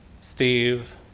Steve